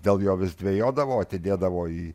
dėl jo vis dvejodavo atidėdavo į